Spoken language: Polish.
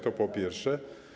To po pierwsze.